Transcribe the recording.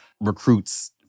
recruits